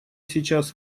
сейчас